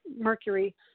Mercury